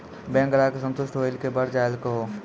Bank ग्राहक के संतुष्ट होयिल के बढ़ जायल कहो?